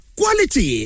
quality